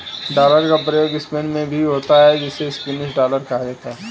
dollar का प्रयोग Spain में भी होता है जिसे स्पेनिश डॉलर कहा जाता है